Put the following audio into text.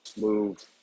move